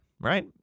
right